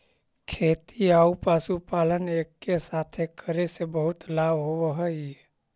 खेती आउ पशुपालन एके साथे करे से बहुत लाभ होब हई